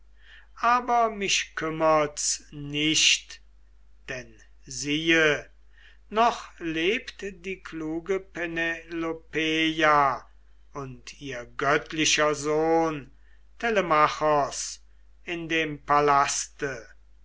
aber mich kümmert's nicht denn siehe noch lebt die kluge penelopeia und ihr göttlicher sohn telemachos in dem palaste